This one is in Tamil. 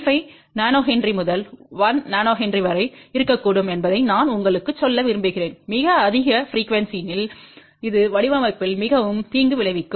5 nH முதல் 1 nH வரை இருக்கக்கூடும் என்பதை நான் உங்களுக்கு சொல்ல விரும்புகிறேன் மிக அதிக ப்ரிக்யூவென்ஸிணில் இது வடிவமைப்பில் மிகவும் தீங்கு விளைவிக்கும்